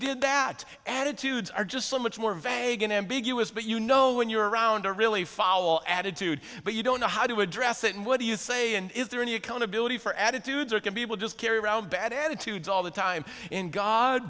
did that attitudes are just so much more vague and ambiguous but you know when you're around a really fall attitude but you don't know how to address it and what do you say and is there any accountability for attitudes are good people just carry around bad attitudes all the time in god